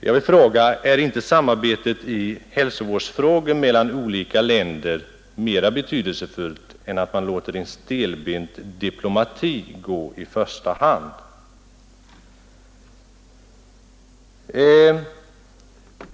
Jag vill fråga: Är inte samarbetet i hälsovårdsfrågor mellan olika länder mera betydelsefullt än att man låter en stelbent diplomati gå i första hand?